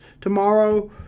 tomorrow